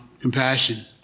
compassion